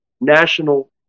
national